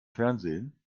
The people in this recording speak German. fernsehen